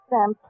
Sam